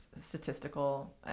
statistical